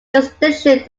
distinction